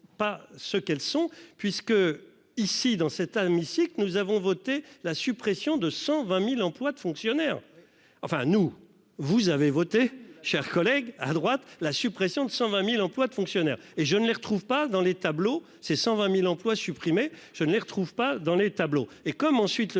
pas ce qu'elles sont puisque ici dans cette amitié que nous avons voté la suppression de 120.000 emplois de fonctionnaires. Enfin, nous vous avez voté chers collègues à droite la suppression de 120.000 emplois de fonctionnaires et je ne les retrouve pas dans les tableaux c'est 120.000 emplois supprimés. Je ne n'retrouve pas dans les tableaux et comme ensuite le